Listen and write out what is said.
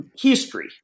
history